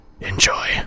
Enjoy